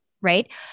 Right